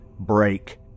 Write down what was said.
break